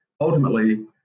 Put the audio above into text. ultimately